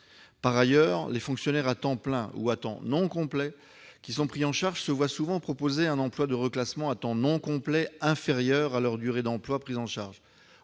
En outre, les fonctionnaires à temps plein ou à temps non complet qui sont pris en charge se voient souvent proposer un reclassement à temps non complet, donc en deçà de leur durée d'emploi prise en charge.